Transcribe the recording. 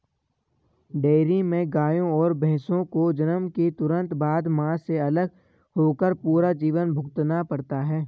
dairy में गायों और भैंसों को जन्म के तुरंत बाद, मां से अलग होकर पूरा जीवन भुगतना पड़ता है